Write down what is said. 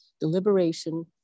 deliberation